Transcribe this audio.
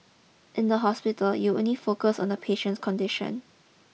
in the hospital you only focus on the patient's condition